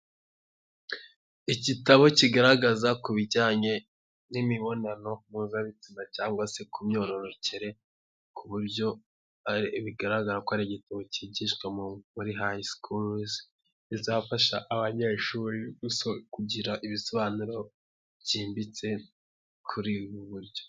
Igitabo kigaragaza ku bijyanye n'imibonano mpuzabitsina cyangwase ku myororokere ku buryo bigaragara ko ari igitabo cyigishwa muri high schools bizafasha abanyeshuri kugira ibisobanuro byimbitse kuri ubu buryo.